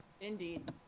Indeed